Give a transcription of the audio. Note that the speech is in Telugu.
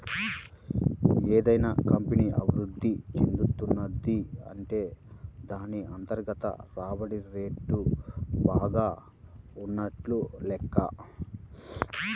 ఏదైనా కంపెనీ అభిరుద్ధి చెందుతున్నది అంటే దాన్ని అంతర్గత రాబడి రేటు బాగా ఉన్నట్లు లెక్క